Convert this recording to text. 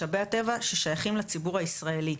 משאבי הטבע ששייכים לציבור הישראלי.